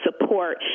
support